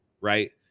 right